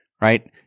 right